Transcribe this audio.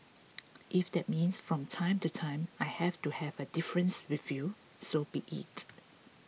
if that means from time to time I have to have a difference with you so be it